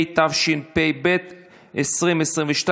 התשפ"ב 2022,